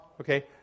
Okay